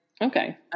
Okay